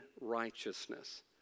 righteousness